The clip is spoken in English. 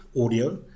audio